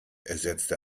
ersetzte